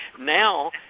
Now